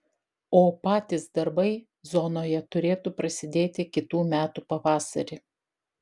o patys darbai zonoje turėtų prasidėti kitų metų pavasarį